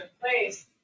place